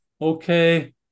okay